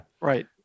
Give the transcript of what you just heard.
Right